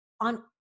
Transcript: on